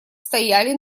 стояли